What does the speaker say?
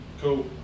Cool